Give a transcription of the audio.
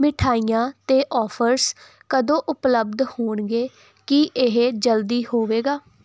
ਮਿਠਾਈਆਂ 'ਤੇ ਆਫ਼ਰਜ਼ ਕਦੋਂ ਉਪਲਬਧ ਹੋਣਗੇ ਕੀ ਇਹ ਜਲਦੀ ਹੋਵੇਗਾ